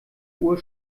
uhr